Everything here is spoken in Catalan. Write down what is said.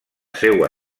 seua